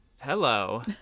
Hello